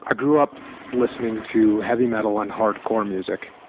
ah grew up listening to heavy metal and hardcore music,